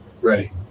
ready